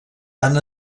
van